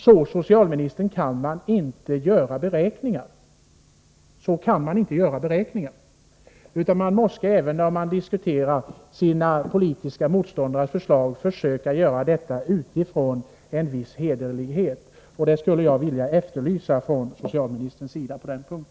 Så kan man inte göra beräkningar, socialministern, utan man måste även när man diskuterar sina politiska motståndares förslag försöka göra detta med utgångspunkt i en viss hederlighet. Detta skulle jag vilja efterlysa från socialministerns sida på denna punkt.